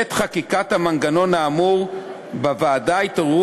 בעת חקיקת המנגנון האמור בוועדה התעוררו